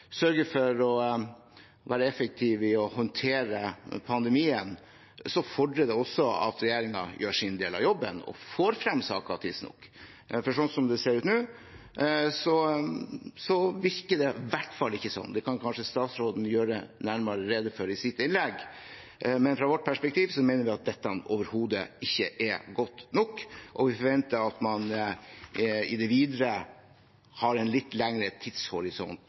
sørge for å være effektive i å håndtere pandemien, så fordrer det også at regjeringen gjør sin del av jobben og får frem saker tidsnok. Slik det ser ut nå, virker det i hvert fall ikke slik. Det kan kanskje statsråden gjøre nærmere rede for i sitt innlegg, men fra vårt perspektiv mener vi at dette overhodet ikke er godt nok, og vi forventer at man i det videre har en litt lengre tidshorisont